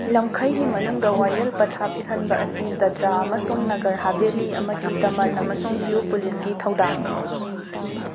ꯂꯝꯈꯩꯒꯤ ꯃꯅꯨꯡꯗ ꯋꯥꯌꯦꯜ ꯄꯊꯥꯞ ꯏꯜꯍꯟꯕ ꯑꯁꯤ ꯗꯗ꯭ꯔꯥ ꯑꯃꯁꯨꯡ ꯅꯒꯔ ꯍꯥꯕꯦꯂꯤ ꯑꯃꯗꯤ ꯗꯃꯟ ꯑꯃꯁꯨꯡ ꯗ꯭ꯌꯨ ꯄꯨꯂꯤꯁꯀꯤ ꯊꯧꯗꯥꯡꯅꯤ